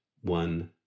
one